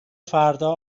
فردا